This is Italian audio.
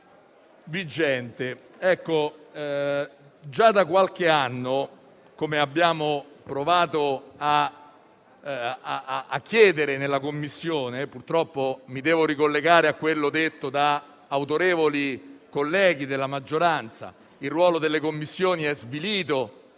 vigente. Già da qualche anno abbiamo provato a chiederlo in Commissione, ma purtroppo, ricollegandomi a quanto detto da autorevoli colleghi della maggioranza, il ruolo delle Commissioni è svilito